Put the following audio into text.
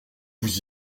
vous